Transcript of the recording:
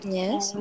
Yes